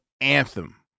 anthem